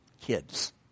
kids